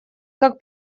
как